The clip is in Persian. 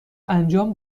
انجام